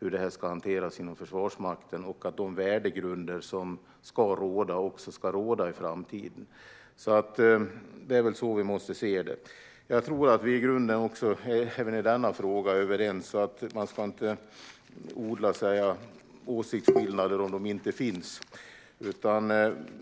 hur det här ska hanteras inom Försvarsmakten; de värdegrunder som ska råda ska även råda i framtiden. Det är väl så vi måste se det. Jag tror att vi i grunden är överens även i denna fråga. Om det inte finns åsiktsskillnader ska man inte odla sådana.